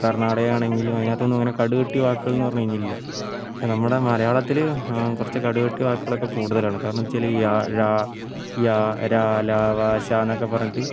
കർണ്ണാടക ആണെങ്കിലും അതിനകത്തൊന്നും അങ്ങനെ കടുകട്ടി വാക്കുകൾ എന്നു പറഞ്ഞാൽ ഇനി ഇല്ല പക്ഷെ നമ്മുടെ മലയാളത്തിൽ കുറച്ച് കടുകട്ടി വാക്കുകളൊക്കെ കൂടുതലാണ് കാരണം എന്നു വച്ചാൽ യ ഴ യ ര ല വ ശ എന്നൊക്കെ പറഞ്ഞിട്ട്